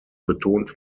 betont